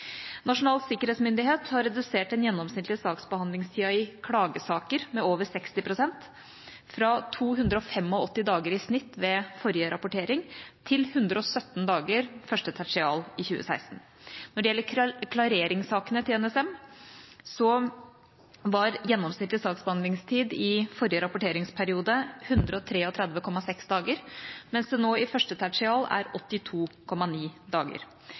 Nasjonal sikkerhetsmyndighet har redusert den gjennomsnittlige saksbehandlingstida i klagesaker med over 60 pst., fra 285 dager i snitt ved forrige rapportering til 117 dager i første tertial 2016. Når det gjelder klareringssakene til NSM, var gjennomsnittlig saksbehandlingstid i forrige rapporteringsperiode 133,6 dager, mens det nå i første tertial er 82,9 dager.